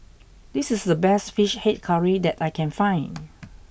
this is the best Fish Head Curry that I can find